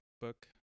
book